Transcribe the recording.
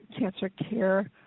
cancercare